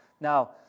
Now